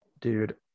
dude